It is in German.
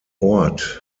ort